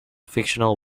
fictional